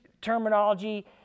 terminology